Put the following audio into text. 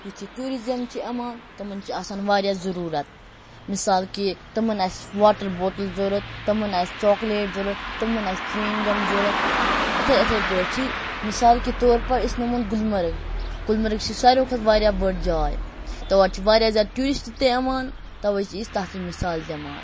یِتھُے ٹوٗرِزِم چھُ یِوان تِمَن چھِ آسان واریاہ ضوٚروٗرَت مِثال کہِ تِمَن آسہِ واٹَر بوتل ضوٚرَت تِمَن آسہِ چاکلیٹ ضوٚرَتھ تِمَن آسہِ چِوِنٛگ گَم ضوٚرَتھ اِتھے اِتھے پٲٹھ چھِ مِثال کے طور پَر أسۍ نِمون گُلمرگ گُلمرگ چھِ سارویو کھۄتہٕ بٔڑۍ جاے تور چھِ واریاہ زیادٕ ٹوٗرسٹہٕ تہِ یِوان تَوَے چھِ أسۍ تَتچ مِثال دِوان